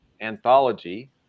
anthology